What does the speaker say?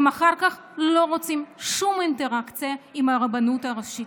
הם אחר כך לא רוצים שום אינטראקציה עם הרבנות הראשית.